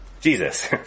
Jesus